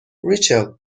ریچل